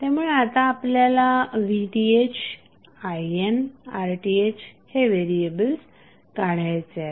त्यामुळे आता आपल्यालाVTh IN आणि RTh हे व्हेरीएबल्स काढायचे आहेत